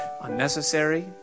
unnecessary